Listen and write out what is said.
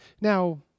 Now